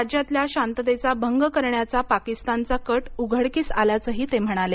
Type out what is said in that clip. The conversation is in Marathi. राज्यातल्या शांततेचा भंग करण्याचा पाकिस्तानचा कट उघडकीस आल्याचंही ते म्हणाले